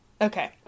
Okay